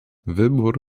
wybór